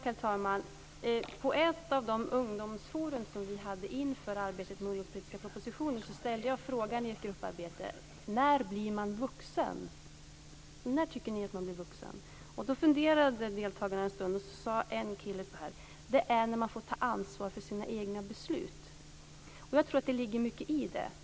Herr talman! På ett av de ungdomsforum vi hade inför arbetet med ungdomspolitiska propositionen ställde jag under ett grupparbete frågan om när man blir vuxen. När tycker ni att man blir vuxen? Deltagarna funderade en stund, och sedan sade en kille att det är när man får ta ansvar för sina egna beslut. Jag tror att det ligger mycket i det.